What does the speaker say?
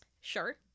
Sure